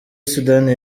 sudani